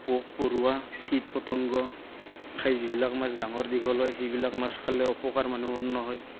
পোক পৰুৱা কীট পতংগ খাই যিবিলাক মাছ ডাঙৰ দীঘল হয় সেইবিলাক মাছ খালে অপকাৰ মানুহৰ নহয়